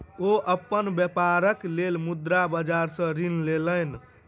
ओ अपन व्यापारक लेल मुद्रा बाजार सॅ ऋण लेलैन